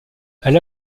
elle